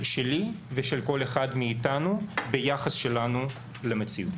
ושל כל אחד מאיתנו ביחס שלנו למציאות.